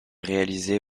réalisé